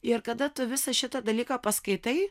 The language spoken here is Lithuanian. ir kada tu visą šitą dalyką paskaitai